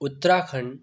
Uttarakhand